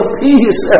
peace